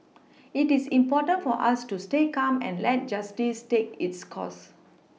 it is important for us to stay calm and let justice take its course